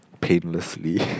painlessly